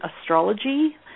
Astrology